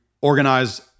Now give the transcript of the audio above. organize